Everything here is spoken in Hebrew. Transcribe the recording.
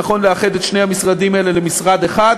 שנכון לאחד את שני המשרדים האלה למשרד אחד